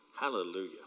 Hallelujah